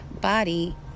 body